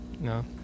No